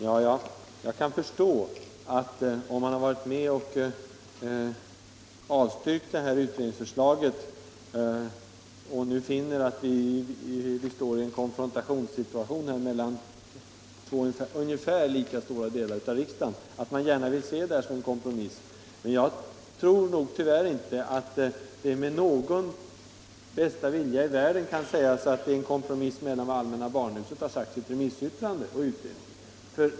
Ja, jag kan förstå att om man har varit med om att avstyrka utredningsförslaget och nu finner att vi står i en konfrontationssituation mellan två ungefär lika starka delar av riksdagen, så vill man gärna se detta som en kompromiss. Men jag tror tyvärr inte att det med bästa vilja i världen kan sägas att det är en kompromiss mellan vad allmänna barnhuset har sagt i sitt remissyttrande och utredningens förslag.